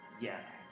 Yes